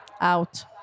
out